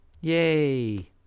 Yay